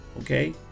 Okay